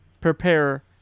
prepare